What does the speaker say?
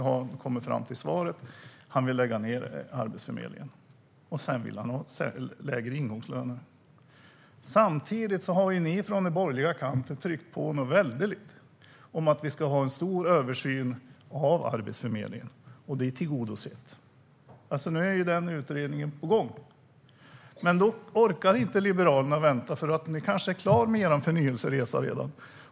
Nu har han kommit fram till svaret: Han vill lägga ned Arbetsförmedlingen, och sedan vill han ha lägre ingångslöner. Samtidigt har ni från den borgerliga kanten tryckt på väldeliga om att vi ska ha en stor översyn av Arbetsförmedlingen. Det är tillgodosett. Nu är den utredningen på gång. Men då orkar inte Liberalerna vänta. Ni kanske är klara med er förnyelseresa redan.